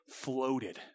floated